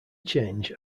change